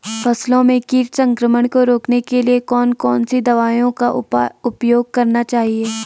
फसलों में कीट संक्रमण को रोकने के लिए कौन कौन सी दवाओं का उपयोग करना चाहिए?